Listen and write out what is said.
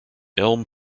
elm